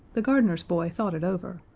the gardener's boy thought it over,